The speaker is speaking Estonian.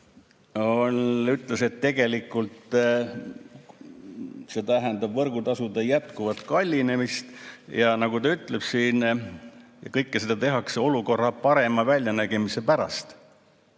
ütles, et tegelikult see tähendab võrgutasude jätkuvat kallinemist. Nagu ta siin ütleb, tehakse seda kõike olukorra parema väljanägemise pärast